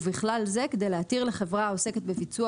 ובכלל זה כדי להתיר לחברה העוסקת בביצוע